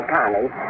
Connie